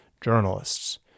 journalists